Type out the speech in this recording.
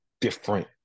different